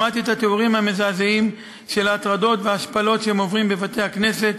שמעתי את התיאורים המזעזעים של ההטרדות וההשפלות שהם עוברים בבתי-הכנסת,